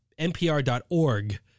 NPR.org